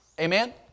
Amen